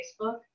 Facebook